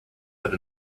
that